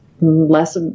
less